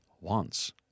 wants